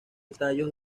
tallos